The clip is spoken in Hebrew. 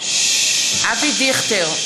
אבי דיכטר,